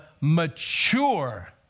mature